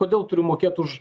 kodėl turiu mokėt už